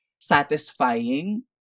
satisfying